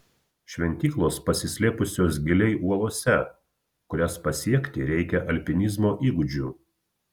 šventyklos pasislėpusios giliai uolose kurias pasiekti reikia alpinizmo įgūdžių